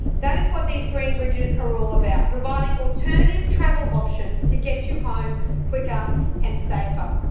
that is what these green bridges are all about providing alternative travel options to get you home quicker and safer.